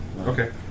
Okay